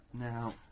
Now